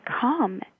come